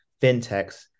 fintechs